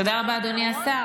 תודה רבה, אדוני השר.